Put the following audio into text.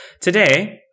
Today